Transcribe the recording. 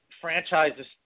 franchises